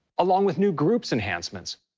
along with new groups enhancements.